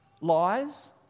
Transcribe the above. lies